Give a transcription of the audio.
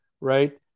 right